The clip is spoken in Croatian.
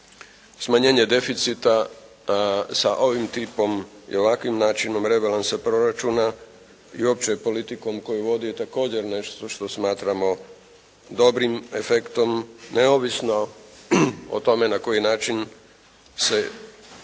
smanjenje deficita sa ovim tipom i ovakvim načinom rebalansa proračuna i opće politikom koju vodu je također nešto što smatramo dobrim efektom neovisno o tome na koji način se dolazi